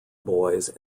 boys